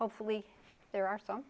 hopefully there are so